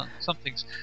something's